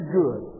good